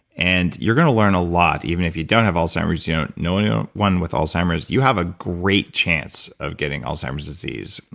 and you're gonna learn a lot. even if you don't have alzheimer's, you don't know anyone with alzheimer's, you have a great chance of getting alzheimer's disease,